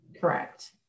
Correct